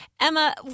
Emma